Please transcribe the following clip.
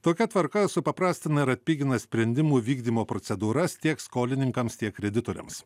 tokia tvarka supaprastina ir atpigina sprendimų vykdymo procedūras tiek skolininkams tiek kreditoriams